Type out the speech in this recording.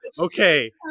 Okay